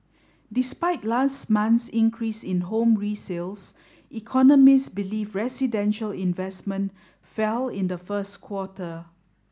despite last month's increase in home resales economists believe residential investment fell in the first quarter